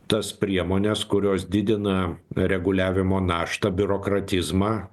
tas priemones kurios didina reguliavimo naštą biurokratizmą